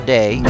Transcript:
Day